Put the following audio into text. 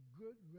good